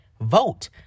vote